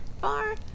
far